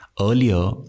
Earlier